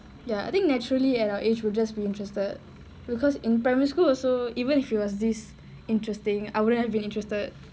ya I think naturally at our age we'll just be interested because in primary school also even if it was this interesting I wouldn't have been interested